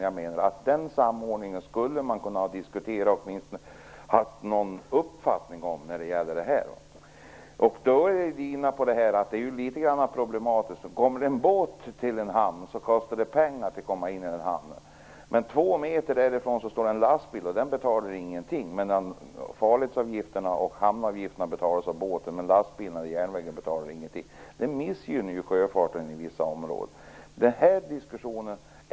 Jag menar att man åtminstone skulle ha kunnat ha någon uppfattning om detta. Därmed är vi också inne på problemet att om det kommer en båt till en hamn, kostar det pengar, medan det för en lastbil som står två meter från kajen inte betalas någonting. Farleds och hamnavgifter betalas för båten, medan det inte utgår några avgifter för lastbilen och järnvägen. Detta missgynnar sjöfarten inom vissa områden.